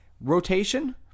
Rotation